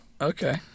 Okay